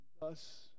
Thus